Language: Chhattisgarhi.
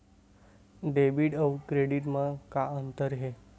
डेबिट अउ क्रेडिट म का अंतर हे?